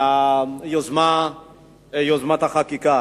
יוזמת החקיקה.